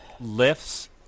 lifts